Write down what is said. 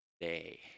day